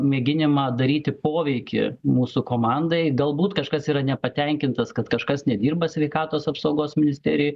mėginimą daryti poveikį mūsų komandai galbūt kažkas yra nepatenkintas kad kažkas nedirba sveikatos apsaugos ministerijoj